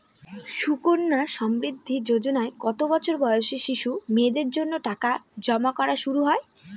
সুকন্যা সমৃদ্ধি যোজনায় কত বছর বয়সী শিশু মেয়েদের জন্য টাকা জমা করা শুরু হয়?